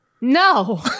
No